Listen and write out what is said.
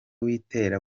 witera